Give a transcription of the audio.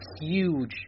huge